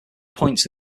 points